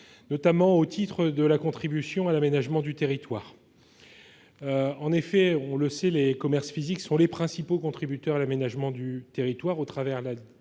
notamment au titre de la contribution à l'aménagement du territoire. En effet, on le sait, les commerces physiques sont les principaux contributeurs à l'aménagement du territoire au travers de la